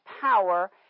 power